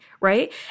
right